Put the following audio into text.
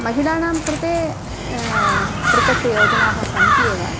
महिलानां कृते पृथक् योजनाः सन्ति एव